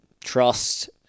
trust